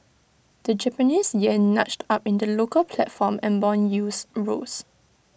the Japanese Yen nudged up in the local platform and Bond yields rose